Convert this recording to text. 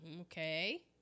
Okay